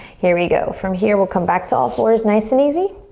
here we go. from here we'll come back to all fours nice and easy.